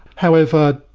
however,